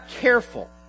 careful